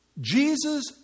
Jesus